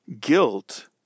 Guilt